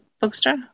bookstore